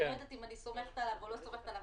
אז שלא יגידו לנו עכשיו: